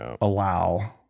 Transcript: allow